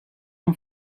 amb